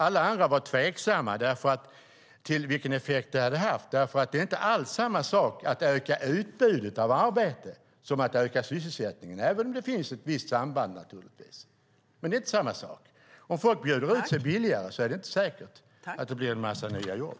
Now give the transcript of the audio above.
Alla andra var tveksamma till vilken effekt det hade haft, för det är inte alls samma sak att öka utbudet av arbeten som att öka sysselsättningen, även om det naturligtvis finns ett visst samband. Om folk bjuder ut sig billigare är det inte säkert att det blir en massa nya jobb.